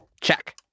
Check